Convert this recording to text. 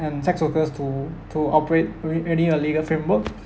and sex workers to to operate you you need a legal framework